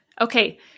okay